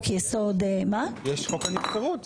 יש חוק הנבצרות.